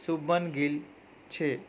શુભમન ગિલ છે